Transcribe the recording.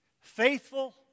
faithful